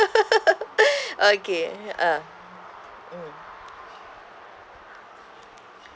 okay ah mm